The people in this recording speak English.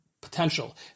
potential